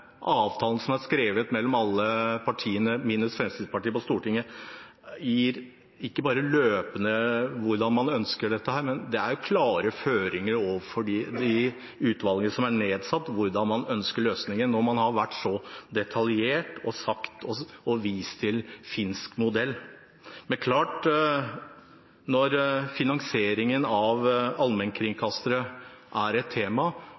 bare hvordan man løpende ønsker dette, men det er klare føringer overfor de utvalgene som er nedsatt, på hvordan man ønsker løsningen, når man har vært så detaljert at man har vist til finsk modell. Men det er klart at når finansieringen av allmennkringkastere er et tema,